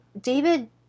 David